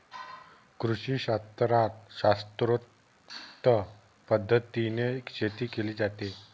कृषीशास्त्रात शास्त्रोक्त पद्धतीने शेती केली जाते